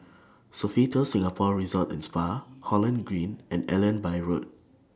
Sofitel Singapore Resort and Spa Holland Green and Allenby Road